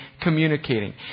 communicating